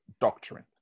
doctrine